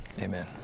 amen